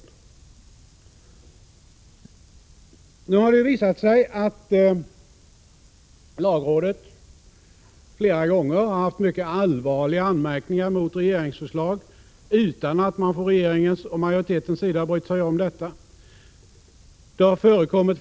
Vid upprepade tillfällen har det nu visat sig att lagrådet haft mycket = Prot. 1986/87:54 allvarliga anmärkningar mot regeringsförslag utan att man från regeringens 14 januari 1987 och majoritetens sida brytt sig om detta.